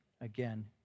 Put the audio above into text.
again